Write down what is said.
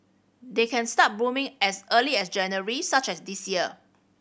they can start blooming as early as January such as this year